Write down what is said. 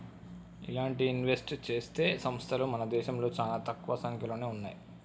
ఇలాంటి ఇన్వెస్ట్ చేసే సంస్తలు మన దేశంలో చానా తక్కువ సంక్యలోనే ఉన్నయ్యి